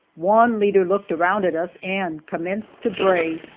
one leader looked around at us and commenced to bray,